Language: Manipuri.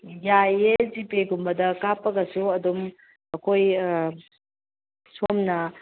ꯌꯥꯏꯌꯦ ꯖꯤꯄꯦꯒꯨꯝꯕꯗ ꯀꯥꯞꯄꯒꯁꯨ ꯑꯗꯨꯝ ꯑꯩꯈꯣꯏ ꯁꯣꯝꯅ